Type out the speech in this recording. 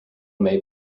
may